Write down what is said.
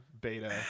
Beta